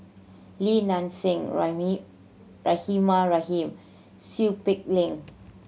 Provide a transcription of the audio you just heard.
Li Nanxing Rahimah Rahim Seow Peck Leng